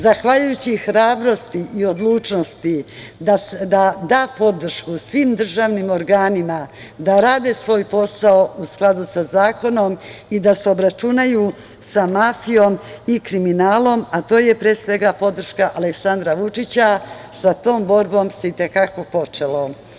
Zahvaljujući hrabrosti i odlučnosti da da podršku svim državnim organima, da rade svoj posao u skladu sa zakonom i da se obračunaju sa mafijom i kriminalom, a to je pre svega podrška Aleksandra Vučića, sa tom borbom se i te kako počelo.